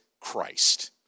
Christ